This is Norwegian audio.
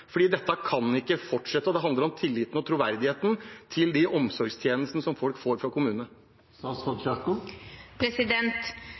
Dette kan ikke fortsette, og det handler om tilliten til og troverdigheten til de omsorgstjenestene folk får fra kommunene.